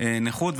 נכות,